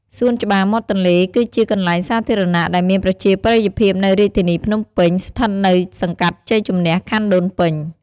សួនច្បារមាត់ទន្លេគឺជាកន្លែងសាធារណៈដែលមានប្រជាប្រិយភាពនៅរាជធានីភ្នំពេញ ស្ថិតនៅសង្កាត់ជ័យជំនះ ខណ្ឌដូនពេញ។